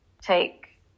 take